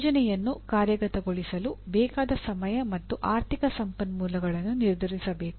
ಯೋಜನೆಯನ್ನು ಕಾರ್ಯಗತಗೊಳಿಸಲು ಬೇಕಾದ ಸಮಯ ಮತ್ತು ಆರ್ಥಿಕ ಸಂಪನ್ಮೂಲಗಳನ್ನು ನಿರ್ಧರಿಸಬೇಕು